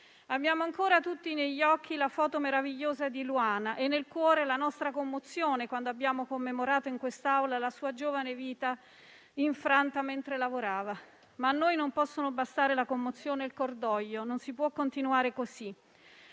Abbiamo ancora tutti negli occhi la foto meravigliosa di Luana e nel cuore la nostra commozione quando abbiamo commemorato in quest'Aula la sua giovane vita infranta mentre lavorava. Ma a noi non possono bastare la commozione e il cordoglio. Non si può continuare così.